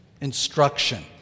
instruction